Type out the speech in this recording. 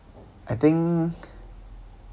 I think